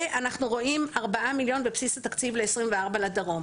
ואנחנו רואים 4 מיליון בבסיס התקציב ך-2024 לדרום.